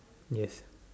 yes